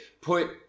Put